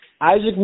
Isaac